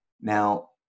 now